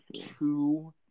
two